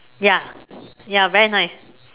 ya ya very nice